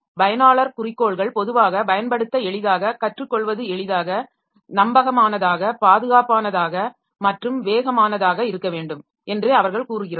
பயனாளர் குறிக்கோள்கள் பொதுவாக பயன்படுத்த எளிதாக கற்றுக்கொள்வது எளிதாக நம்பகமானதாக பாதுகாப்பானதாக மற்றும் வேகமானதாக இருக்க வேண்டும் என்று அவர்கள் கூறுகிறார்கள்